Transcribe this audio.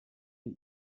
der